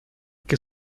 que